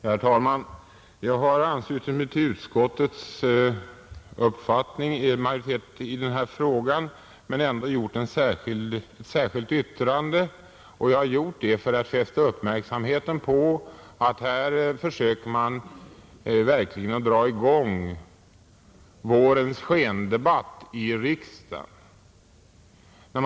Herr talman! Jag har anslutit mig till utskottsmajoritetens uppfattning i den här frågan men ändå gjort ett särskilt yttrande för att fästa uppmärksamheten på att man här försöker dra i gång vårens skendebatt i riksdagen.